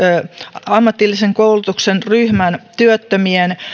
ammatillisen koulutuksen ryhmän työttömien